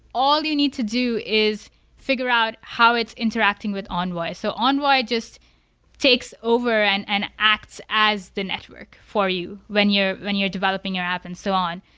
all you need to do is figure out how it's interacting with envoy. so envoy just takes over and and acts as the network for you when you're developing your developing your app and so on.